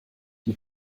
die